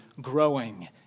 growing